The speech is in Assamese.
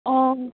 অঁ